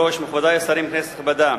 כבוד היושב-ראש, מכובדי השרים, כנסת נכבדה,